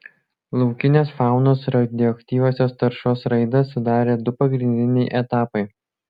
laukinės faunos radioaktyviosios taršos raidą sudarė du pagrindiniai etapai